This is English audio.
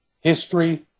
history